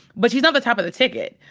but she's not the top of the ticket.